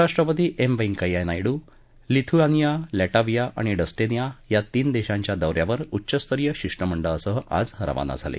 राष्ट्रपती M Venkaiah Naidu Lithuania Latvia आणि Estonia या तीन देशांच्या दौ यावर उच्चस्तरीय शिष्ट मंडळासह आज रवाना झाले